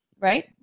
Right